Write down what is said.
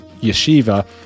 yeshiva